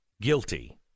guilty